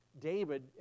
David